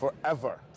forever